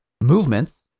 movements